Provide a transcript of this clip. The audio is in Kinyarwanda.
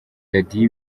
dady